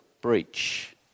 breach